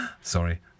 Sorry